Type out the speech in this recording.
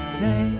say